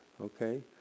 okay